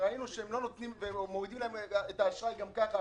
וראינו שהם מורידים להם את האשראי גם כך עכשיו.